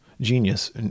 genius